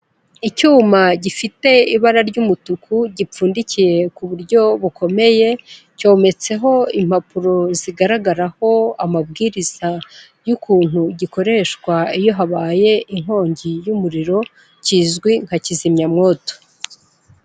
Icyuma gifite ibara ry'umutuku gipfundikiye ku buryo bukomeye, cyometseho impapuro zigaragaraho amabwiriza y'ukuntu gikoreshwa iyo habaye inkongi y'umuriro, kizwi nka kizimyamwoto.